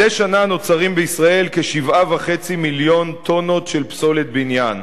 מדי שנה נוצרים בישראל כ-7.5 מיליון טונות של פסולת בניין,